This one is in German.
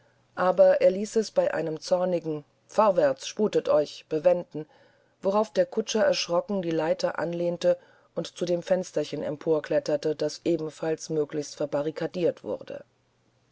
aber er ließ es bei einem zornigen vorwärts sputet euch bewenden worauf der kutscher erschrocken die leiter anlehnte und zu dem fensterchen empor kletterte das ebenfalls möglichst verbarrikadiert wurde